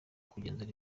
kugenzura